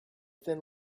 thin